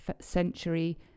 century